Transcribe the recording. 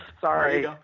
Sorry